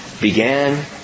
began